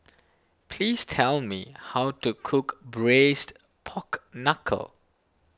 please tell me how to cook Braised Pork Knuckle